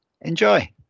Enjoy